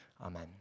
Amen